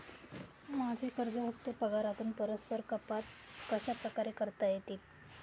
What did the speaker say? माझे कर्ज हफ्ते पगारातून परस्पर कपात कशाप्रकारे करता येतील?